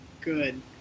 Good